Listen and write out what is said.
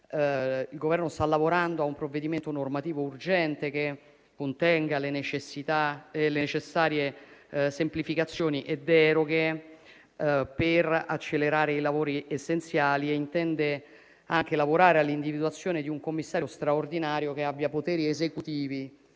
Il Governo sta lavorando a un provvedimento normativo urgente, che contenga le necessarie semplificazioni e deroghe per accelerare i lavori essenziali, e intende anche lavorare all'individuazione di un commissario straordinario che abbia poteri esecutivi